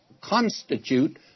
constitute